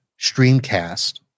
streamcast